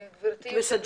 בבקשה.